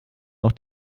auch